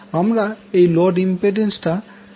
আমরা এই load impedance টা দেখতে পারি